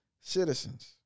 citizens